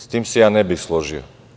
Sa tim se ja ne bih složio.